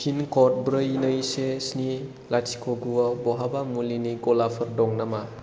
पिनक'ड ब्रै नै से स्नि लाथिख' गुआव बहाबा मुलिनि गलाफोर दं नामा